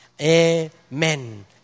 Amen